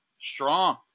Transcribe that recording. Strong